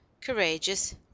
courageous